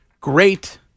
great